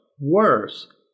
worse